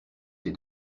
ces